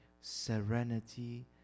serenity